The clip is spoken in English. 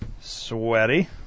Sweaty